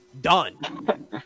done